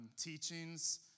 teachings